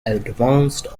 advanced